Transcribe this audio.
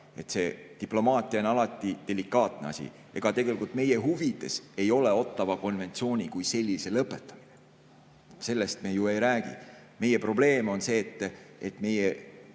sest diplomaatia on alati delikaatne asi. Ega meie huvides ei ole Ottawa konventsiooni kui sellise lõpetamine. Sellest me ju ei räägi. Meie probleem on see, et